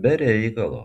be reikalo